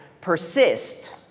persist